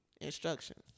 instructions